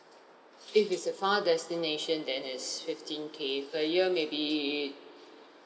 if it's a far destination then it's fifteen K per year maybe